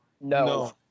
No